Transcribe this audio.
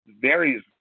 varies